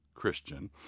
Christian